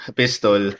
pistol